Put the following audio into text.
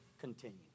continue